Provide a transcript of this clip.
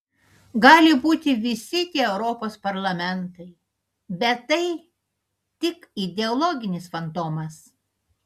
gali būti visi tie europos parlamentai bet tai tik ideologinis fantomas